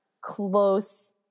close –